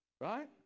Right